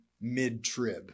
mid-trib